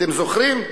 אתם זוכרים?